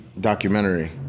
documentary